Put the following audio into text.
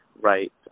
right